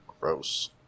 Gross